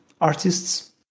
artists